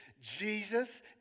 Jesus